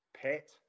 pet